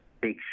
big